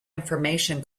information